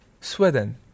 Sweden